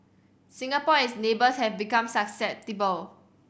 Singapore and its neighbours have been susceptible